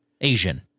Asian